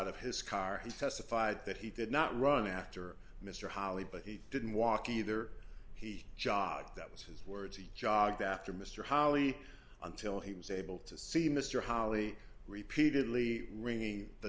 of his car has testified that he did not run after mr holley but he didn't walk either he jogged that was his words he jogged after mr holley until he was able to see mr holly repeatedly ringing the